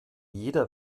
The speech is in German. jeder